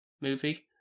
movie